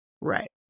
Right